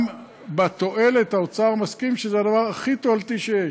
גם בתועלת, האוצר מסכים שזה הדבר הכי תועלתי שיש.